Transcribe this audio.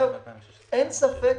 אין ספק,